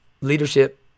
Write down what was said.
leadership